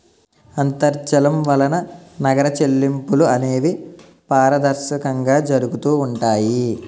అంతర్జాలం వలన నగర చెల్లింపులు అనేవి పారదర్శకంగా జరుగుతూ ఉంటాయి